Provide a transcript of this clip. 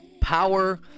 Power